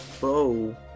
bow